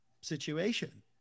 situation